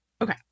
Okay